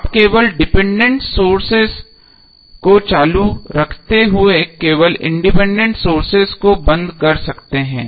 आप केवल dependent sources को चालू रखते हुए केवल इंडिपेंडेंट सोर्सेस को बंद कर सकते हैं